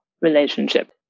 relationship